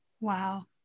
wow